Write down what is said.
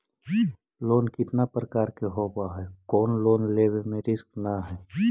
Loan कितना प्रकार के होबा है कोन लोन लेब में रिस्क न है?